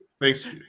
Thanks